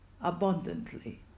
abundantly